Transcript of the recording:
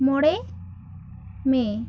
ᱢᱚᱬᱮ ᱢᱮ